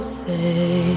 say